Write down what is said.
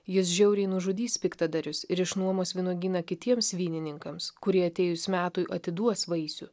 jis žiauriai nužudys piktadarius ir išnuomos vynuogyną kitiems vynininkams kurie atėjus metui atiduos vaisių